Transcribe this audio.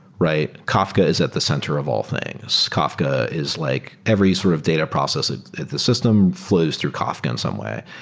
right? kafka is at the center of all things. kafka is like every sort of data process ah the system flows through kafka in some way.